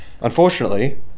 unfortunately